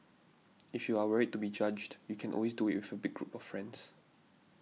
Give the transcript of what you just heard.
if you are worried to be judged you can always do it with a big group of friends